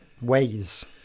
ways